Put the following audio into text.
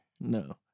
No